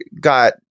got